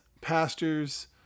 pastors